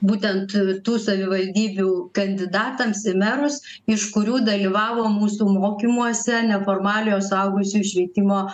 būtent tų savivaldybių kandidatams į merus iš kurių dalyvavo mūsų mokymuose neformaliojo suaugusiųjų švietimo